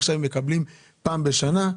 ועכשיו הם מקבלים פעם שנה.